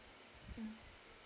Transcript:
mm